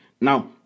now